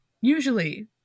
usually